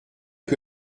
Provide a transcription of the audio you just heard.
que